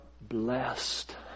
blessed